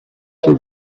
she